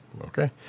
okay